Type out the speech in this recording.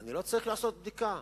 אני לא צריך לעשות בדיקה.